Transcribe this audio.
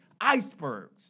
icebergs